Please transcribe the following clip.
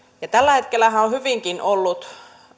tällä hetkellähän on hyvinkin ollut